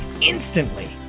instantly